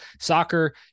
Soccer